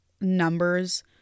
numbers